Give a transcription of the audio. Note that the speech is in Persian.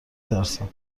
ترسم